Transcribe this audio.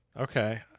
Okay